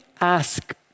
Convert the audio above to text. ask